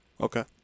Okay